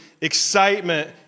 excitement